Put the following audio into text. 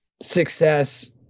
success